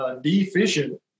deficient